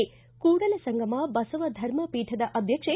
ಿ ಕೂಡಲಸಂಗಮ ಬಸವ ಧರ್ಮ ಪೀಠದ ಅಧ್ಯಕ್ಷೆ